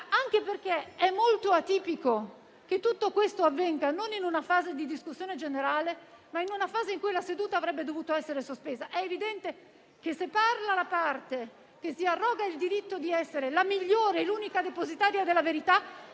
anche perché è molto atipico che tutto questo avvenga non in una fase di discussione generale, ma in una fase in cui la seduta avrebbe dovuto essere sospesa. È evidente che, se parla la parte che si arroga il diritto di essere la migliore e l'unica depositaria della verità,